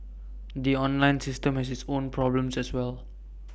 the online system has its own problems as well